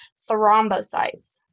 thrombocytes